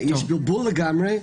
יש בלבול לגמרי,